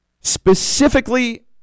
specifically